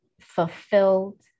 fulfilled